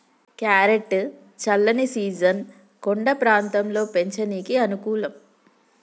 carrot చల్లని season కొండ ప్రాంతంలో పెంచనీకి అనుకూలం